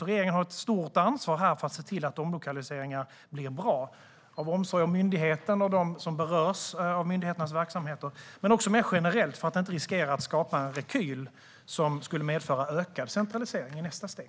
Regeringen har därför ett stort ansvar för att se till att omlokaliseringar blir bra, av omsorg om myndigheterna och om dem som berörs av myndigheternas verksamheter, men också mer generellt för att inte riskera att skapa en rekyl som skulle medföra ökad centralisering i nästa steg.